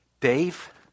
Dave